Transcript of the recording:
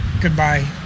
goodbye